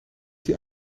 die